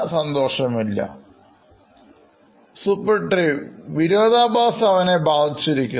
സന്തോഷവും ഇല്ല Suprativ വിരോധാഭാസം അവനെ ബാധിച്ചിരിക്കുന്നു